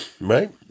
Right